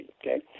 okay